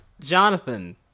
Jonathan